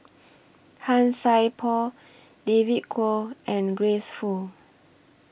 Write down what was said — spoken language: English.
Han Sai Por David Kwo and Grace Fu